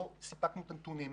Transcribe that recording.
לא אנחנו סיפקנו את הנתונים.